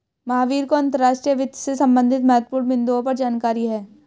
महावीर को अंतर्राष्ट्रीय वित्त से संबंधित महत्वपूर्ण बिन्दुओं पर जानकारी है